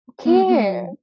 Okay